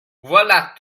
voilà